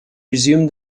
resumed